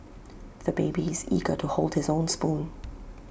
the baby is eager to hold his own spoon